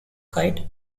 kite